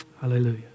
Hallelujah